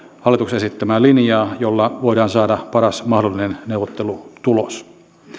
hallituksen esittämää linjaa jolla voidaan saada paras mahdollinen neuvottelutulos